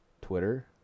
Twitter